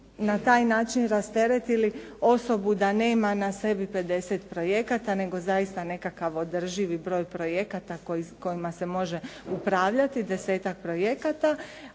na taj način rasteretili osobu da nema na sebi 50 projekata nego zaista nekakav održivi broj projekata kojima se može upravljati, desetak projekata